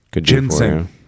ginseng